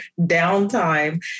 downtime